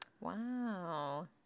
Wow